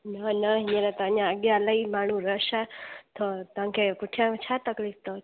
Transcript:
न न हींअर त अञां अॻियां इलाही माण्हू रश आहे थ तव्हांखे पुठियां छा तकलीफ़ अथव